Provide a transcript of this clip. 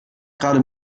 gerade